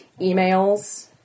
emails